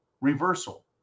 reversal